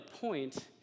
point